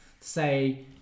say